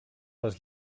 les